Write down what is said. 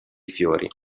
fiori